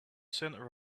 center